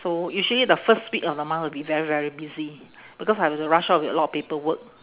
so usually the first week of the month will be very very busy because I have to rush off with a lot of paperwork